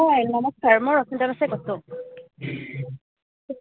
হয় নমস্কাৰ মই ৰশ্মিতা দাসে কৈছোঁ